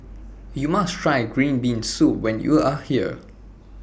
YOU must Try Green Bean Soup when YOU Are here